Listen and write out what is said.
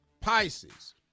Pisces